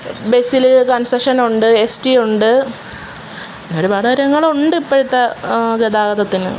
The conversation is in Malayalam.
ബസില് കണ്സഷന് ഉണ്ട് എസ് ടി ഉണ്ട് ഒരുപാട് കാര്യങ്ങളുണ്ട് ഇപ്പോഴത്തെ ഗതാഗതത്തിന്